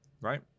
right